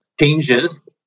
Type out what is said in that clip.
changes